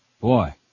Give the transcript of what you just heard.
Boy